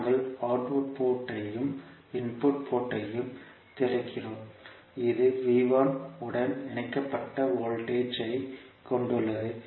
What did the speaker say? நாங்கள் output port ஐயும் input port ஐயும் திறக்கிறோம் இது உடன் இணைக்கப்பட்ட வோல்டேஜ் ஐ கொண்டுள்ளது